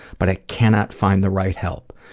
but i cannot find the right help.